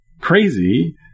crazy